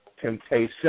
temptation